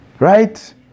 right